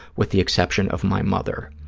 with the exception of my mother.